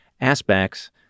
aspects